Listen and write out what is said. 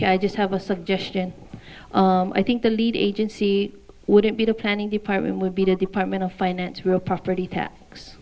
i just have a suggestion i think the lead agency wouldn't be the planning department would be to departmental finance real property tax